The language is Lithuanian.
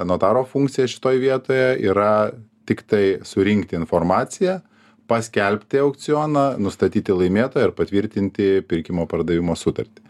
notaro funkcija šitoj vietoje yra tiktai surinkti informaciją paskelbti aukcioną nustatyti laimėtoją ir patvirtinti pirkimo pardavimo sutartį